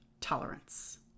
tolerance